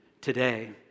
today